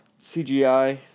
CGI